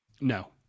No